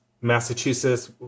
Massachusetts